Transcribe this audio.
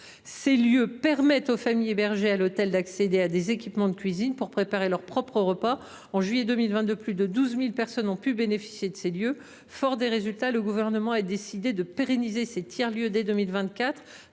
Ces lieux permettent aux familles hébergées à l’hôtel d’accéder à des équipements de cuisine pour préparer leur propre repas. En juillet 2022, plus de 12 000 personnes ont pu bénéficier de ces structures. Fort de ces résultats, le Gouvernement a décidé de pérenniser ces tiers lieux dès 2024